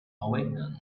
awaken